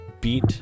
Beat